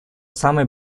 самой